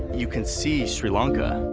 you can see sri lanka.